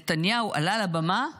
נתניהו עלה לבמה והצהיר,